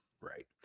Right